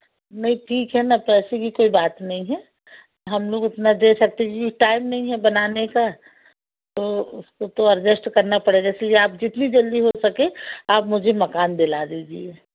नहीं ठीक है ना पैसे की कोई बात नहीं है हम लोग इतना दे सकते हैं कि टाइम नहीं है बनाने का तो वह तो एडजस्ट करना पड़ेगा इसी लिए आप जितनी जल्दी हो सके आप मुझे मकान दिला दीजिए